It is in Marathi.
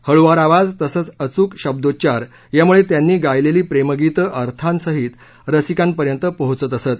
हळूवार आवाज तसंच अचूक शब्दोच्चार यांमुळे त्यांनी गायलेली प्रेमगीतं अर्थासहित रसिकांपर्यंत पोहोचत असत